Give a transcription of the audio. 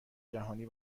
جهانی